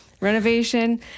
renovation